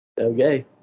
Okay